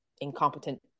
incompetent